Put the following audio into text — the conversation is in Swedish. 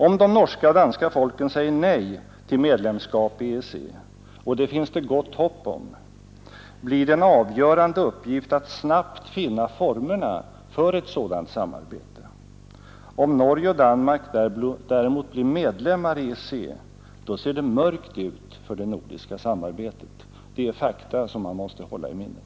Om de norska och danska folken säger nej till medlemskap i EEC — och det finns det gott hopp om — blir det en avgörande uppgift att snabbt finna formerna för ett sådant samarbete. Om Norge och Danmark däremot blir medlemmar i EEC ser det mörkt ut för det nordiska samarbetet. Det är fakta som man måste hålla i minnet.